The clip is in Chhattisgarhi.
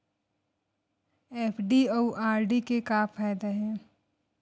एफ.डी अउ आर.डी के का फायदा हे?